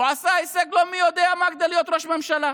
הוא עשה הישג לא מי יודע מה כדי להיות ראש ממשלה.